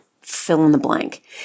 fill-in-the-blank